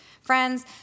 friends